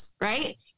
right